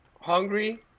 hungry